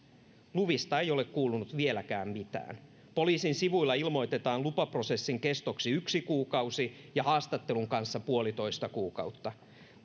luvista ei ole kuulunut vieläkään mitään poliisin sivuilla ilmoitetaan lupaprosessin kestoksi yksi kuukausi ja haastattelun kanssa puolitoista kuukautta